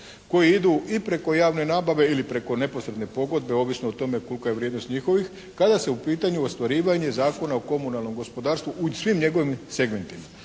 koji idu i preko javne nabave ili preko neposredne pogodbe, ovisno o tome kolika je vrijednost njihovih kada se u pitanju ostvarivanja Zakona o komunalnom gospodarstvu u svim njegovim segmentima.